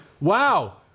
Wow